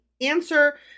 answer